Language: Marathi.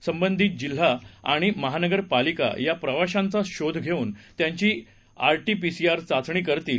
संबंधित जिल्हा आणि महानगरपालिका या प्रवाशांचा शोध घेऊन त्यांची R T P C R चाचणी करतील